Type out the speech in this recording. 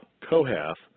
Kohath